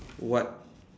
what